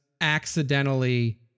accidentally